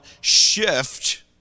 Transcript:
shift